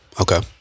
Okay